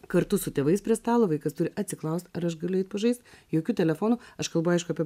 kartu su tėvais prie stalo vaikas turi atsiklausti ar aš galiu eiti pažaist jokių telefonų aš kalbu aišku apie